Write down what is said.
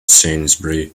sainsbury